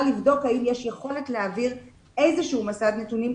לבדוק האם יש יכולת להעביר איזשהו מסד נתונים,